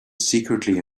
secretly